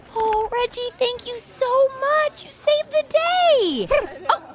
oh, reggie, thank you so much. you saved the day oh,